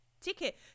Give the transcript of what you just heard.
ticket